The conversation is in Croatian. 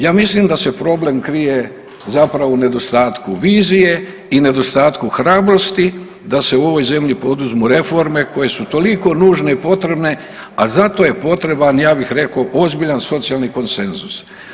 Ja mislim da se problem krije zapravo u nedostatku vizije i nedostatku hrabrosti da se u ovoj zemlji poduzmu reforme koje su toliko nužne i potrebne, a za to je potreban ja bih rekao ozbiljan socijalni konsenzus.